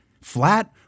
flat